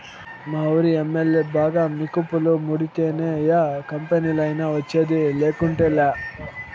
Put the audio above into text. మావూరి MLA బాగా మికుపులు ముడితేనే యా కంపెనీలైనా వచ్చేది, లేకుంటేలా